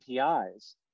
APIs